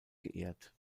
geehrt